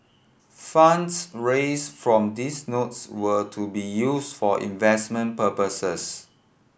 funds raised from these notes were to be used for investment purposes